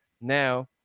Now